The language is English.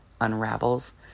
unravels